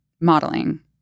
modeling